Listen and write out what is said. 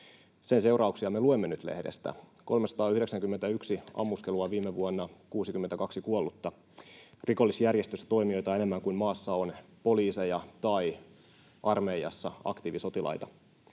Sen seurauksia me luemme nyt lehdestä: 391 ammuskelua viime vuonna, 62 kuollutta. Rikollisjärjestöissä toimijoita on maassa enemmän kuin poliiseja tai armeijassa aktiivisotilaita.